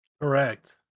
Correct